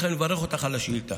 ולכן אני מברך אותך על השאילתה.